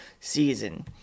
season